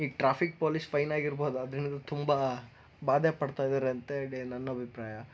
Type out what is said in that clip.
ಈ traffic police ಫೈನಾಗಿರಬಹುದು ಅದರಿಂದ ತುಂಬ ಬಾಧೆ ಪಡ್ತಾಯಿದ್ದಾರೆ ಅಂಥೇಳಿ ನನ್ನ ಅಭಿಪ್ರಾಯ